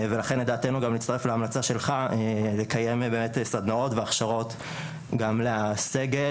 ולכן לדעתנו גם נצטרף להמלצה שלך לקיים באמת סדנאות והכשרות גם לסגל,